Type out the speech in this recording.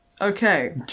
okay